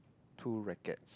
two rackets